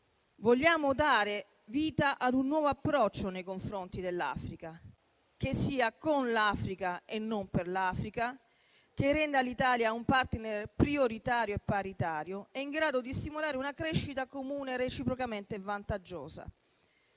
Vogliamo dare vita a un nuovo approccio nei confronti dell'Africa, che sia con l'Africa e non per l'Africa, che renda l'Italia un *partner* prioritario e paritario e in grado di stimolare una crescita comune reciprocamente vantaggiosa.